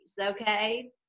okay